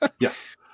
Yes